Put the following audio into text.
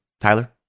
Tyler